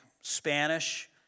Spanish